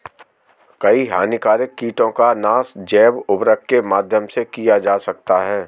कई हानिकारक कीटों का नाश जैव उर्वरक के माध्यम से किया जा सकता है